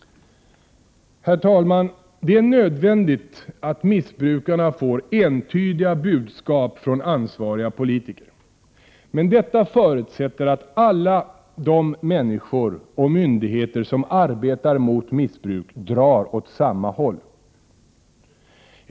Herr talman! Det är nödvändigt att missbrukarna får entydiga budskap från ansvariga politiker. Men detta förutsätter att alla de människor och myndigheter som arbetar mot missbruk drar åt samma håll.